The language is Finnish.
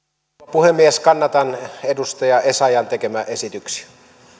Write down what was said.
puhemies kannatan edustaja essayahn tekemiä esityksiä